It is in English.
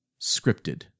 scripted